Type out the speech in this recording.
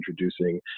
introducing